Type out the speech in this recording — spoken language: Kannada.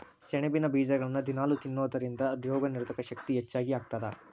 ಸೆಣಬಿನ ಬೇಜಗಳನ್ನ ದಿನಾಲೂ ತಿನ್ನೋದರಿಂದ ರೋಗನಿರೋಧಕ ಶಕ್ತಿ ಹೆಚ್ಚಗಿ ಆಗತ್ತದ